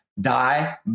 die